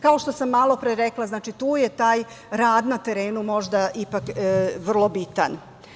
Kao što sam malopre rekla, znači tu je taj rad na terenu možda i vrlo bitan.